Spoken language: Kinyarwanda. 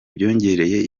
byongereye